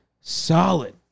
solid